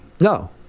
No